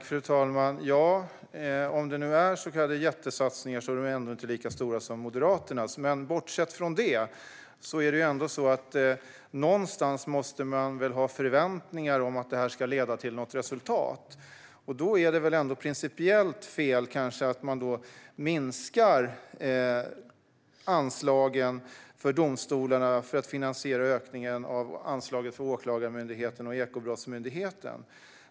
Fru talman! Om det nu rör sig om så kallade jättesatsningar är de ändå inte lika stora som Moderaternas. Men bortsett från det måste man någonstans ha förväntningar på att detta ska leda till något resultat, och då är det väl ändå principiellt fel att minska anslagen till domstolarna för att finansiera ökningen av anslagen till Åklagarmyndigheten och Ekobrottsmyndigheten.